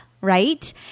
right